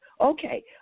okay